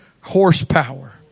horsepower